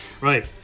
Right